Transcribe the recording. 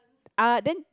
ah then